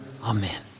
Amen